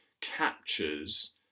captures